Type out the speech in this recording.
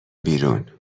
بیرون